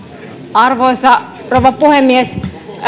arvoisa rouva puhemies